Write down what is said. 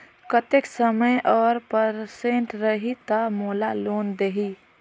कतेक समय और परसेंट रही तब मोला लोन देही?